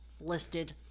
listed